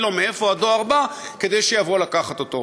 לו מאיפה הדואר בא כדי שיבוא לקחת אותו.